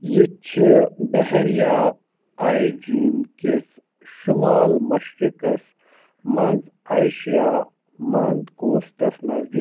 یہِ چھُ بحیراہ آئی جیٖن کِس شُمال مشرقس منٛز ایشیا مانٛد کوسٹَس نٔزدیٖک